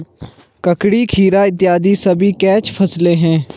ककड़ी, खीरा इत्यादि सभी कैच फसलें हैं